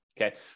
okay